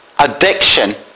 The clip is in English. addiction